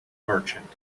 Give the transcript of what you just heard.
merchant